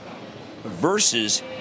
versus